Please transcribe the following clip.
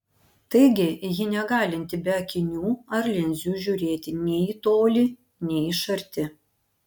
taigi ji negalinti be akinių ar linzių žiūrėti nei į tolį nei iš arti